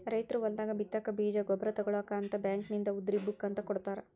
ರೈತರು ಹೊಲದಾಗ ಬಿತ್ತಾಕ ಬೇಜ ಗೊಬ್ಬರ ತುಗೋಳಾಕ ಅಂತ ಬ್ಯಾಂಕಿನಿಂದ ಉದ್ರಿ ಬುಕ್ ಅಂತ ಕೊಡತಾರ